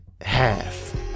half